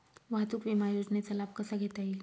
वाहतूक विमा योजनेचा लाभ कसा घेता येईल?